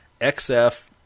XF